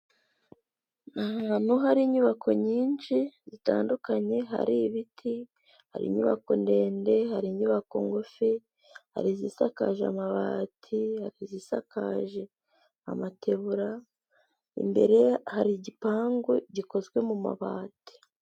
Ni ahantu hari inyubako nyinshi zitandukanye hari ibiti, hari inyubako ndende, hari inyubako ngufi, hari izisakaje amabati, hari izisakaje amategura, imbere hari igipangu gikozwe mu mabati.